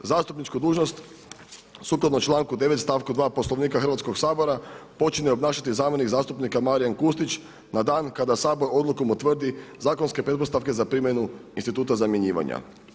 Zastupničku dužnost sukladno članku 9. stavku 2. Poslovnika Hrvatskog sabora počinje obnašati zamjenik zastupnika Marijan Kustić na dan kada Sabor odlukom utvrdi zakonske pretpostavke za primjenu instituta zamjenjivanja.